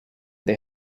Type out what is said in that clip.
they